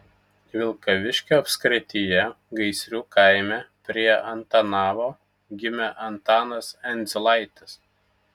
vilkaviškio apskrityje gaisrių kaime prie antanavo gimė antanas endziulaitis